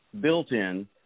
built-in